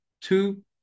two